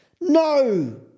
No